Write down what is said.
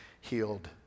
healed